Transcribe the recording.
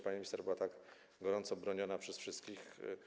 Pani minister była gorąco broniona przez wszystkich.